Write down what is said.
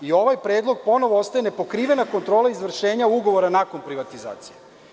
I ovaj predlog ponovo ostaje nepokriven, a kontrola izvršenja ugovora nakon privatizacije.